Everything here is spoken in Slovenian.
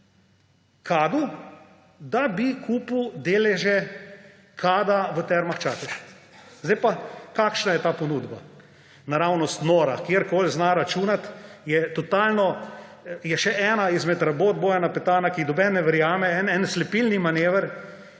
Kadu, da bi kupil deleže Kada v Termah Čatež. Sedaj pa, kakšna je ta ponudba? Naravnost nora! Kdorkoli zna računati, je še ena izmed rabot Bojana Petana, ki mu nobeden ne verjame, en slepilni manever,